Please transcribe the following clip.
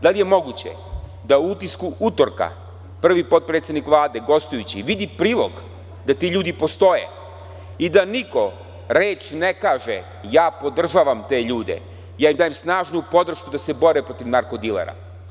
Da li je moguće da u utisku utorka prvi potpredsednik Vlade gostujući vidi prilog da ti ljudi postoje i da niko reč ne kaže – ja podržavam te ljude, ja im dajem snažnu podršku da se bore protiv narkodilera?